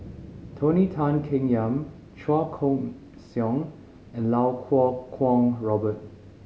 Tony Tan Keng Yam Chua Koon Siong and Lau Kuo Kwong Robert